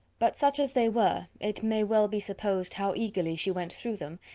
but such as they were, it may well be supposed how eagerly she went through them,